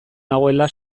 nagoela